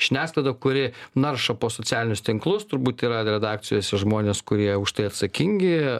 žiniasklaida kuri naršo po socialinius tinklus turbūt yra redakcijos žmonės kurie už tai atsakingi